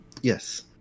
Yes